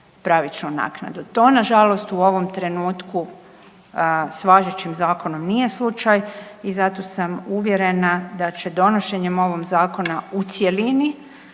To nažalost u ovom trenutku s važećim zakonom nije slučaj i zato sam uvjerena da će donošenjem ovog zakona u cjelini